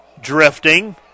drifting